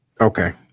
okay